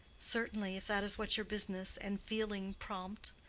certainly if that is what your business and feeling prompt.